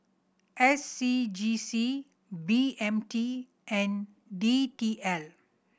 S C G C B M T and D T L